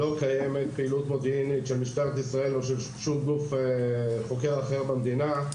לא קיימת פעילות מודיעינית של משטרת ישראל או של גוף חוקר אחר במדינה.